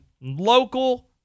local